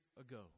ago